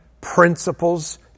principles